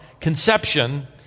conception